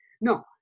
No